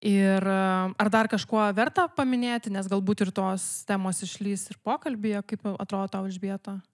ir ar dar kažkuo verta paminėti nes galbūt ir tos temos išlįs ir pokalbyje kaip jau atrodo tau elžbieta